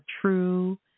true